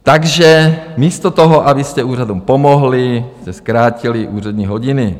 Takže místo toho, abyste úřadům pomohli, jste zkrátili úřední hodiny.